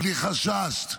בלי חשש,